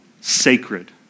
sacred